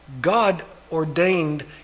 God-ordained